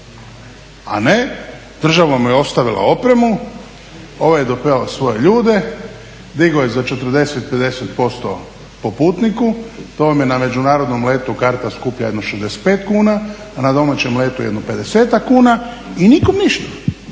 a ne država mu je ostavila opremu, ovaj je dopelal svoje ljude, digao je za 40, 50% po putniku. To vam je na međunarodnom letu karta skuplja jedno 65 kuna, a na domaćem letu jedno 50-tak kuna i nikom ništa.